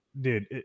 dude